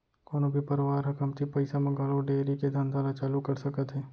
कोनो भी परवार ह कमती पइसा म घलौ डेयरी के धंधा ल चालू कर सकत हे